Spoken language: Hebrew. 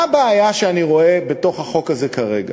מה הבעיה שאני רואה בחוק הזה כרגע?